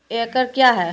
एकड कया हैं?